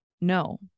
no